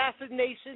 assassination